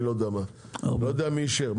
אני לא יודע מי אישר.